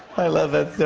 i love that